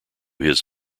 his